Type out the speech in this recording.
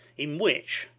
in which,